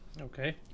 Okay